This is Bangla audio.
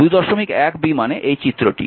21 b মানে এই চিত্রটি